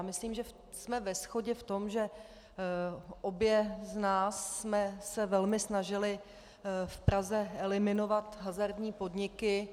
Myslím, že jsme ve shodě v tom, že obě z nás jsme se velmi snažily v Praze eliminovat hazardní podniky.